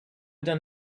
done